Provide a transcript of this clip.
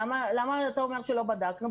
למה אתה אומר שלא בדקנו?